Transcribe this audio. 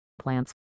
plants